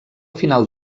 final